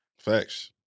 Facts